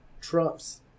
Trump's